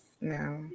no